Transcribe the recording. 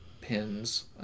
pins